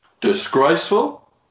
disgraceful